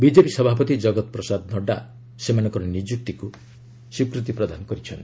BJP ସଭାପତି କଗତ ପ୍ରସାଦ ନଡ୍ଜା ସେମାନଙ୍କ ନିଯୁକ୍ତିକୁ ସ୍ୱୀକୃତି ପ୍ରଦାନ କରିଛନ୍ତି